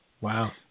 wow